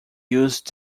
used